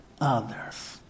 others